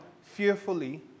fearfully